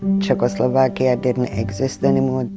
czechoslovakia didn't exist anymore.